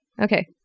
Okay